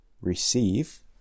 receive